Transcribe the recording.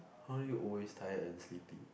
how are you always tired and sleepy